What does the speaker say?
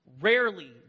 Rarely